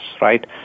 right